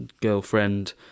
girlfriend